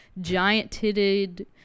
giant-titted